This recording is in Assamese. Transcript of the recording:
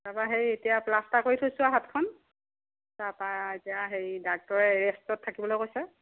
তাৰ পৰা হেৰি এতিয়া প্লাষ্টাৰ কৰি থৈছোঁ আৰু হাতখন তাৰ পৰা এতিয়া হেৰি ডাক্তৰে ৰেষ্টত থাকিবলে কৈছে